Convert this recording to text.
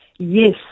Yes